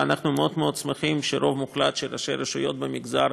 ואנחנו מאוד מאוד שמחים שרוב מוחלט של ראשי הרשויות במגזר